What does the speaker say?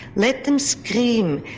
let them scream,